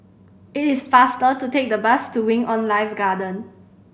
it is faster to take the bus to Wing On Life Garden